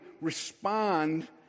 respond